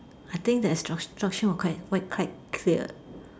I think the instruction were quite quite clear